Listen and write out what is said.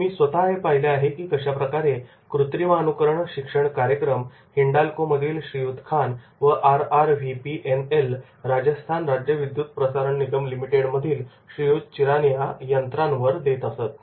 मी स्वतः हे पाहिले आहे की कशाप्रकारे कृत्रिमानुकरण शिक्षण कार्यक्रम हिंडाल्को मधील श्रीयुत खान व आरआरव्हीपीएनएल राजस्थान राज्य विद्युत प्रसारण निगम लिमिटेडमधील श्रीयुत चिरानिया यंत्रांवर देत असत